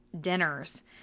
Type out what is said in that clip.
dinners